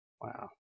Wow